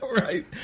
right